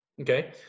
Okay